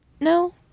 No